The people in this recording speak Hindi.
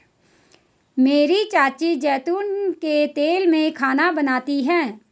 मेरी चाची जैतून के तेल में खाना बनाती है